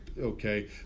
Okay